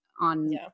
on